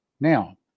Now